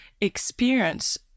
experience